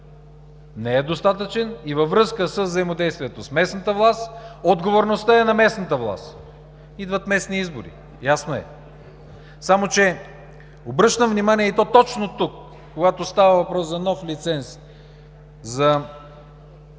не е достатъчен и във връзка с взаимодействието с местната власт, отговорността е на местната власт. Идват местни избори. Ясно е, само че обръщам внимание и то точно тук, когато става въпрос за нов лиценз за